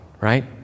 right